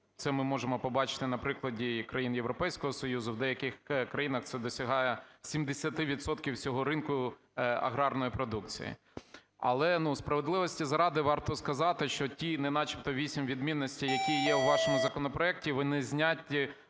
це ми можемо побачити на прикладі країн Європейського Союзу, в деяких країнах це досягає 70 відсотків всього ринку аграрної продукції. Але справедливості заради варто сказати, що ті неначебто вісім відмінностей, які є у вашому законопроекті, вони зняті